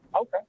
Okay